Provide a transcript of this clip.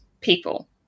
people